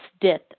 death